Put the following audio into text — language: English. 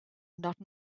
not